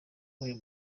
uyu